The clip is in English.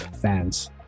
fans